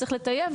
צריך לטייב,